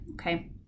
Okay